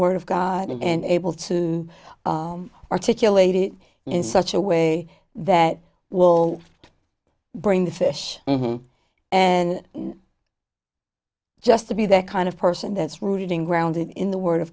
word of god and able to articulate it in such a way that will bring the fish and just to be that kind of person that's rooted in grounded in the word of